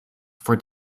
for